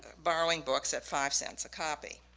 borrowing books at five cents a copy.